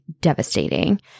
devastating